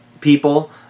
people